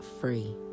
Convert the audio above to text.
free